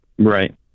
right